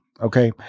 okay